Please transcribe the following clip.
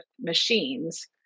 machines